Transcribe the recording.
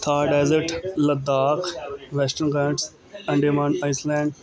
ਥਾਡੈਜ਼ਟ Ladakh Western Ghats Andaman Iceland